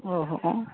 ଓହୋ ହଁ